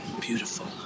beautiful